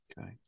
Okay